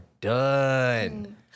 done